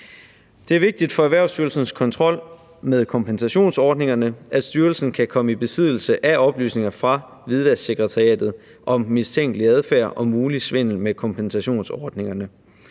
Det er vigtigt for Erhvervsstyrelsens kontrol med kompensationsordningerne, at styrelsen kan komme i besiddelse af oplysninger fra Hvidvasksekretariatet om mistænkelig adfærd og mulig svindel med kompensationsordningerne,